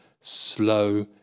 slow